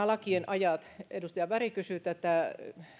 lakien ajoista edustaja berg kysyi tätä